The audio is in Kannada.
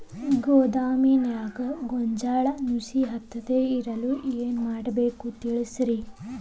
ಗೋದಾಮಿನ್ಯಾಗ ಗೋಂಜಾಳ ನುಸಿ ಹತ್ತದೇ ಇರಲು ಏನು ಮಾಡಬೇಕು ತಿಳಸ್ರಿ